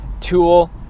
tool